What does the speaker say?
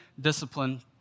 discipline